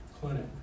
clinic